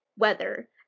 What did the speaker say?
weather